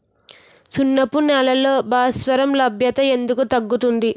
సున్నపు నేలల్లో భాస్వరం లభ్యత ఎందుకు తగ్గుతుంది?